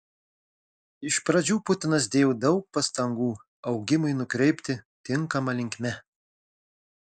iš pradžių putinas dėjo daug pastangų augimui nukreipti tinkama linkme